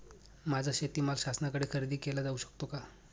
माझा शेतीमाल शासनाकडे खरेदी केला जाऊ शकतो का?